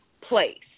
place